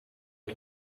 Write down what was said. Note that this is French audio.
que